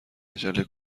عجله